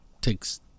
takes